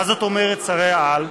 מה זאת אומרת שרי-העל?